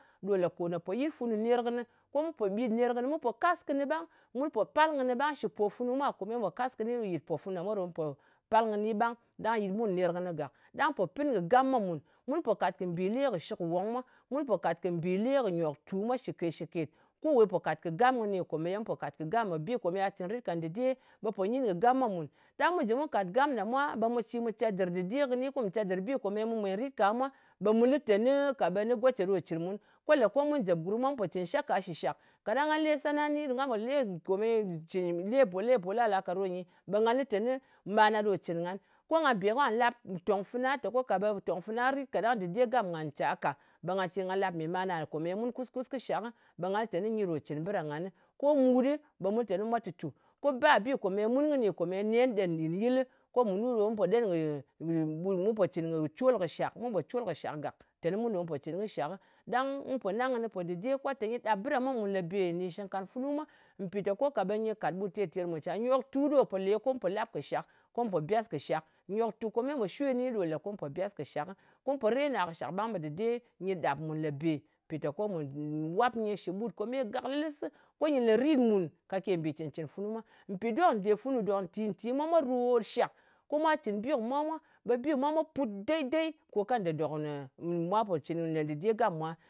Ɗò lè kò ne pò yɨt funu nèr kɨnɨ, ko mu pò ɓit ner kɨnɨ. Mu pò kas kɨmɨ ɓang, mu pò palng kɨnɨ ɓang. Shɨ pò funu mwa komeye mu pò kas kɨni, ɓe yɨt pò funu ɗa mwa ɗo mu pò palng kɨni ɓang. Ɗang yɨt mun ner kɨnɨ gàk. Ɗang po pɨn kɨ gam mwa mùn. Mu pò kàt kɨ mbìle kɨ shɨkwong mwa. Mu pò kàt kɨ mbìle kɨ nyòktu mwa shɨkēt-shɨkēt. Ko we pò kàt kɨ gam kɨni kòye mu pò kàt kɨ gam kɨ bi ya cɨn rit ka ndɨde, ɓe pò nyin kɨ gam mwa mùn. Ɗang mu jɨ mu kàt gam ɗa mwa ɓe mu cir mu cedɨr dɨɗe kɨni, ko mu cir mu cedɨr kɨ bi kò ye mu mwèn rit ka mwa, ɓe mu lɨ teni ka ɓe go ce ɗo cɨn mùn. Ko lē ko mun jèp gurm mwa, mun pò cɨn kɨ shaka shɨshàk. Kaɗang nga le sanani, nga po le komeye jɨ lepo, lepo lala ka ɗo nyi ɓe nga lɨ tè, mana ɗo cɨn ngan. Ko nga be kà lap tong fana, tè ko ka ɓe tòng fɨna rit ka ɗang dɨde gam ngàn ncya ka, ɓe nga cir nga lap mɨ màna komeye mun kus-kus kɨ shak, ɓe nag lɨ teni nyi ɗo cɨn bɨ ɗa ngannɨ. Ko mut ɗɨ ɓe mu lɨ teni mwa tutu. Ko ba bi komeye mun kɨnɨ kome nen ɗen nɗin yɨlɨ. Ko munu ɗo mu pò col kɨ shàk, mun pò col kɨ shàk gàk. Teni mun ɗo mu po cɨn kɨ shak. Ɗang mu po nang kɨnɨ po dɨde kwat, te nyɨ ɗap bɨ da mwa mùn lēbe nɗin shɨngkarng funu mwa mpìteko kàt ɓut ter-ter mùn ncya. Nyòktu ɗo po lē ko mu pò lap kɨ shàk, ko mu pò byas kɨ shàk. Nyoktu kome ye mu pò shwe kɨni ɗo pò le kɨnɨ ko mu pò byas kɨ shàk, ko mu pò rena kɨ shak, ɓang ɓe dɨde ny ɗàp mùn lēbe, ko mù wap nyɨ shɨ ɓut komeye gàklɨlɨsɨ, ko nyɨ lērit mùn kake mbì cɨn-cɨn funu mwa. Mpì ɗok ndè funu dòk ntì-nti mwa ròt shak. Ko mwa cɨn bi kɨ mwa mā, ɓe bi kɨ mwa mwā put deidei kò kanda dòk ne mwa po cɨn ne dɨde gam mwa.